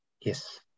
Yes